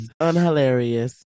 unhilarious